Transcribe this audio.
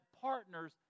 partners